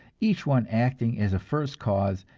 each one acting as a first cause,